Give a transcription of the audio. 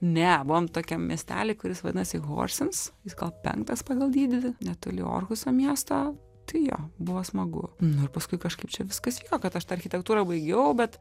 ne buvom tokiam miestely kuris vadinasi horsens jis gal penktas pagal dydį netoli orhuso miesto tai jo buvo smagu nu ir paskui kažkaip čia viskas vyko kad aš tą architektūrą baigiau bet